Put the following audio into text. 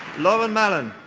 lauren mallon.